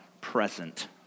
present